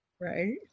Right